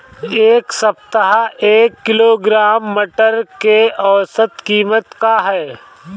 एक सप्ताह एक किलोग्राम मटर के औसत कीमत का ह?